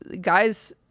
guys